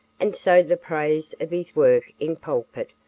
and so the praise of his work in pulpit,